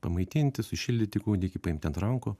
pamaitinti sušildyti kūdikį paimti ant rankų